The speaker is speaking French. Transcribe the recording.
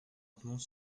lentement